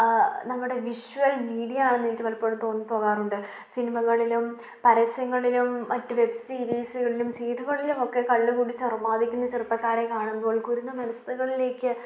നമ്മുടെ വിശ്വൽ മീഡിയയാണെന്ന് എനിക്ക് പലപ്പോഴും തോന്നിപ്പോകാറുണ്ട് സിനിമകളിലും പരസ്യങ്ങളിലും മറ്റു വെബ് സീരീസുകളിലും സീനുകളിലും ഒക്കെ കള്ളുകുടിച്ച് അർമ്മാദിക്കുന്ന ചെറുപ്പക്കാരെ കാണുമ്പോൾ കുരുന്നു മനസ്സുകളിലേക്ക്